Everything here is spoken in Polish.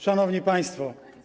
Szanowni Państwo!